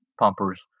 pumpers